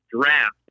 draft